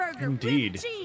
Indeed